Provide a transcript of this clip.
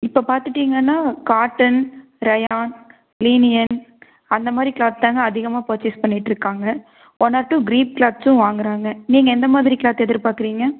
இப்போ பார்த்துட்டீங்கன்னா cotton rayon linen அந்த மாதிரி க்ளாத்துதாங்க அதிகமாக பர்சேஸ் பண்ணிட்டு இருக்காங்க ஒன் ஆர் டூ க்ரீப் க்ளாத்ஸ்ஸும் வாங்குறாங்க நீங்கள் எந்த மாதிரி க்ளாத் எதிர் பார்க்குறீங்க